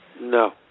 No